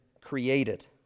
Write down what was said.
created